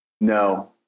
No